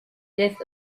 death